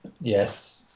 yes